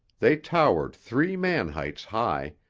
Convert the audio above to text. they towered three-man-heights high,